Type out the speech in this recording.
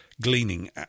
gleaning